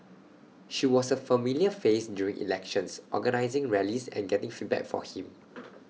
she was A familiar face during elections organising rallies and getting feedback for him